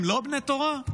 הם לא בני תורה?